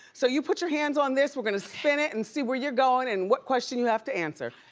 so you put your hands on this, we're gonna spin it and see where you're going and what question you have to answer.